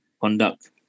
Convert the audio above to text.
conduct